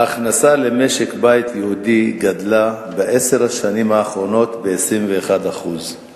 ההכנסה למשק-בית יהודי גדלה בעשר השנים האחרונות ב-21%;